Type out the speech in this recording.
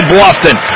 Bluffton